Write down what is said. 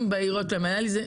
העסקים בעיריות שלהם.